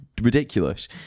ridiculous